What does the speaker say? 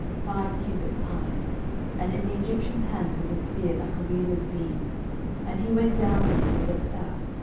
five cubits high and in the egyptian's hand was a spear like a weaver's beam and he went down to him with a staff,